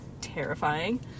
terrifying